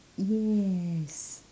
yes